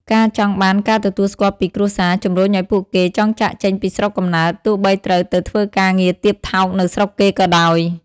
ការចង់បានការទទួលស្គាល់ពីគ្រួសារ ជំរុញឱ្យពួកគេចង់ចាកចេញពីស្រុកកំណើត ទោះបីត្រូវទៅធ្វើការងារទាបថោកនៅស្រុកគេក៏ដោយ។